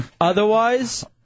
Otherwise